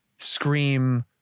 Scream